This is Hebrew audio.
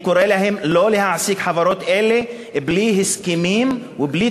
אני קורא להן לא להעסיק חברות אלה בלי הסכמים ובלי